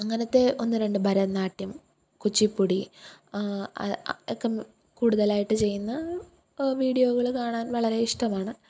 അങ്ങനത്തെ ഒന്ന് രണ്ട് ഭരതനാട്യം കുച്ചിപ്പുടി ഒക്കെ കൂടുതലായിട്ട് ചെയ്യുന്ന വീഡിയോകൾ കാണാന് വളരെ ഇഷ്ടമാണ്